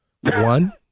One